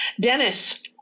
Dennis